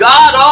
God